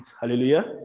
Hallelujah